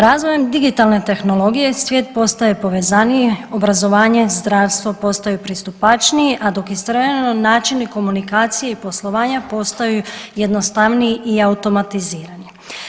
Razvojem digitalne tehnologije svijet postaje povezaniji, obrazovanje, zdravstvo postaju pristupačniji, a dok istovremeno načini komunikacije i poslovanja postaju jednostavniji i automatizirani.